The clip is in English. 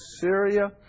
Syria